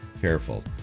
careful